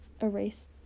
erase